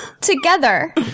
together